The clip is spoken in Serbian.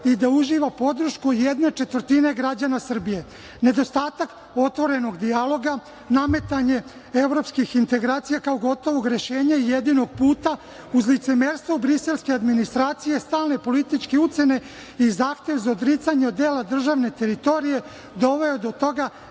i da uživa podršku jedne četvrtine građana Srbije. Nedostatak otvorenog dijaloga, nametanje evropskih integracija kao gotovog rešenja i jedinog puta uz licemerstvo briselske administracije, stalne političke ucene i zahteve za odricanje od dela državne teritorije doveo je do toga